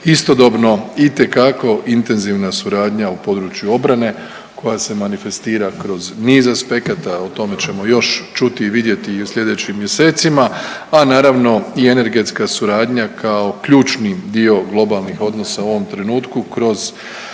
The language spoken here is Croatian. Istodobno itekako intenzivna suradnja u području obrane koja se manifestira kroz niz aspekata, o tome ćemo još čuti i vidjeti i u sljedećim mjesecima, a naravno i energetska suradnja kao ključni dio globalnih odnosa u ovom trenutku kroz